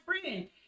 friend